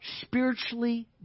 spiritually